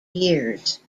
years